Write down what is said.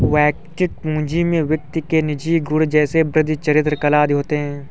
वैयक्तिक पूंजी में व्यक्ति के निजी गुण जैसे बुद्धि, चरित्र, कला आदि होते हैं